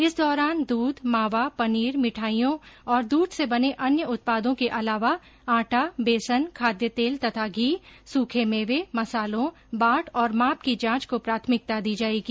इस दौरान दूध मावा पनीर मिठाइयों और दूध से बने अन्य उत्पादों के अलावा आटा बेसन खाद्य तेल तथा घी सुखे मेवे मसालों बाट और माप की जांच को प्राथमिकता दी जाएगी